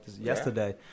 yesterday